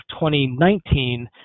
2019